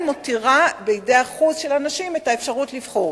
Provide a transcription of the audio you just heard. מותירה בידי אחוז של אנשים את האפשרות לבחור.